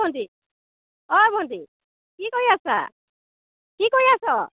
অ ভণ্টি অ' ভণ্টি কি কৰি আছা কি কৰি আছ'